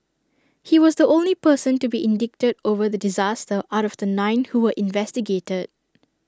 he was the only person to be indicted over the disaster out of the nine who were investigated